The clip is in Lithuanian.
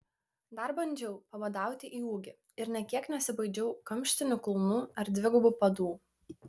dar bandžiau pabadauti į ūgį ir nė kiek nesibaidžiau kamštinių kulnų ar dvigubų padų